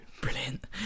Brilliant